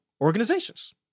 organizations